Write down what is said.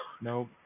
Nope